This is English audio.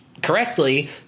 correctly